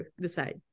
decide